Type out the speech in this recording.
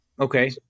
Okay